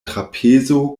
trapezo